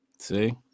see